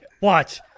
watch